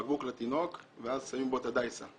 בקבוק לתינוק ואז שמים בו את הדייסה.